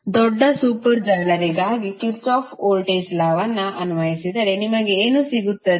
ಆದ್ದರಿಂದ ದೊಡ್ಡ ಸೂಪರ್ ಜಾಲರಿಗಾಗಿ ಕಿರ್ಚಾಫ್ ವೋಲ್ಟೇಜ್ ಲಾನ್ನುವನ್ನು ಅನ್ವಯಿಸಿದರೆ ನಿಮಗೆ ಏನು ಸಿಗುತ್ತದೆ